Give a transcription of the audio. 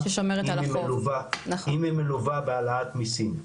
אם היא מלווה בהעלאת מיסים,